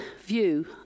view